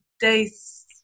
days